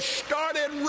started